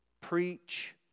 preach